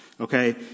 Okay